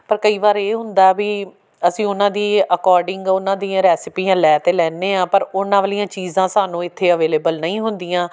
ਪਰ ਕਈ ਵਾਰ ਇਹ ਹੁੰਦਾ ਵੀ ਅਸੀਂ ਉਹਨਾਂ ਦੀ ਅਕੋਰਡਿੰਗ ਉਹਨਾਂ ਦੀਆਂ ਰੈਸਪੀਆਂ ਲੈ ਤਾਂ ਲੈਂਦੇ ਹਾਂ ਪਰ ਉਹਨਾਂ ਵਾਲੀਆਂ ਚੀਜ਼ਾਂ ਸਾਨੂੰ ਇੱਥੇ ਅਵੇਲੇਬਲ ਨਹੀਂ ਹੁੰਦੀਆਂ